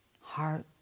heart